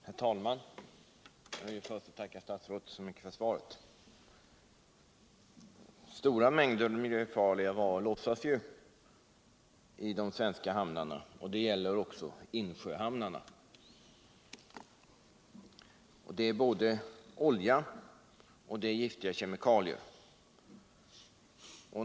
Herr talman! Jag ber att få tacka statsrådet så mycket för svaret. Stora mängder miljöfarliga varor i form av olja och giftiga kemikalier lossas i de svenska hamnarna — detta gäller också för insjöhamnarna.